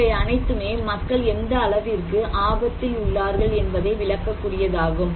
இவை அனைத்துமே மக்கள் எந்த அளவிற்கு ஆபத்தில் உள்ளார்கள் என்பதை விளக்க கூடியதாகும்